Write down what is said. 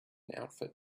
outfit